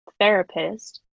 therapist